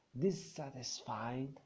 dissatisfied